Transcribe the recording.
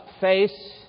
face